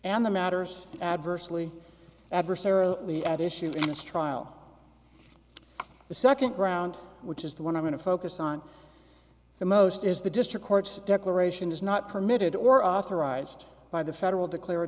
and the matters adversely adversarial the at issue in this trial the second ground which is the one i'm going to focus on the most is the district court declaration is not permitted or authorized by the federal